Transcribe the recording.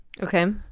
Okay